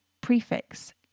prefix